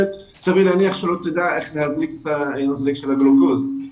לא תדע איך להזריק מזרק של גלוקוז לילד,